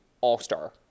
all-star